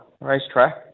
racetrack